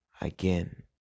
again